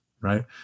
Right